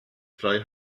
frei